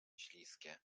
śliskie